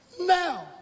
Now